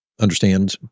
understand